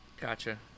Gotcha